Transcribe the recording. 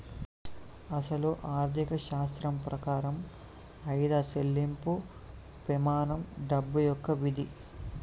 అసలు ఆర్థిక శాస్త్రం ప్రకారం ఆయిదా సెళ్ళింపు పెమానం డబ్బు యొక్క విధి